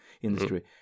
industry